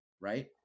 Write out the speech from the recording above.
right